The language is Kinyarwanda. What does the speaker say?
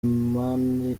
amani